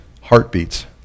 heartbeats